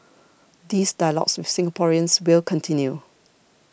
these dialogues with Singaporeans will continue